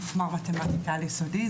מפמ"ר מתמטיקה על יסודי,